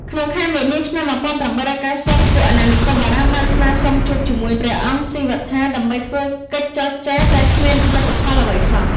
ក្នុងខែមីនា ឆ្នាំ ១៨៩០ ពួកអាណានិគមបារាំងបានស្នើសុំជួបជាមួយព្រះអង្គស៊ីវត្ថាដើម្បីធ្វើកិច្ចចរចា តែគ្មានលទ្ធផលអ្វីសោះ។